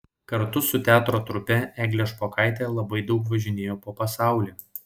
kartu su teatro trupe eglė špokaitė labai daug važinėjo po pasaulį